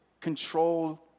control